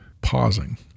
pausing